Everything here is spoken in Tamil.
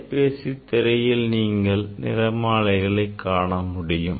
அலைபேசியின் திரையில் நீங்கள் நிறமாலைகளைக் காண முடியும்